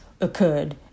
occurred